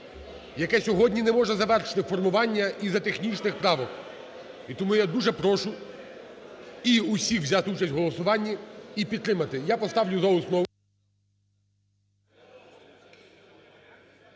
яке сьогодні не може завершити формування із-за технічних правок. І тому я дуже прошу, і всіх взяти участь у голосуванні, і підтримати. Я поставлю за основу